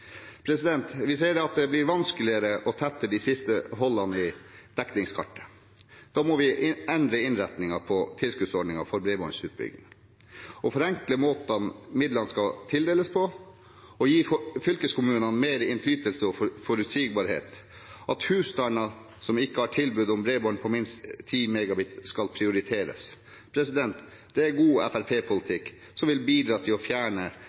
pst. Vi ser at det blir vanskeligere å tette de siste hullene i dekningskartet. Da må vi endre innretningen på tilskuddsordningen for bredbåndsutbygging: forenkle måten midlene skal tildeles på, gi fylkeskommunene mer innflytelse og forutsigbarhet, og husstander som ikke har tilbud om bredbånd på minst 10 Mbit/s, skal prioriteres. Det er god fremskrittsparti-politikk, som vil bidra til å fjerne